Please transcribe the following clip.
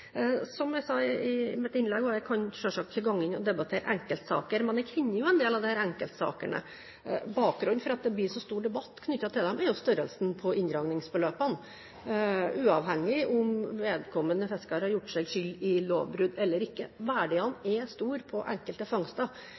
Jeg kan selvsagt ikke gå inn og debattere enkeltsaker, men jeg kjenner jo en del av enkeltsakene. Bakgrunnen for at det blir så stor debatt knyttet til dem, er størrelsen på inndragningsbeløpene uavhengig av om vedkommende fisker har gjort seg skyld i lovbrudd eller ikke. Verdiene er store på enkelte fangster.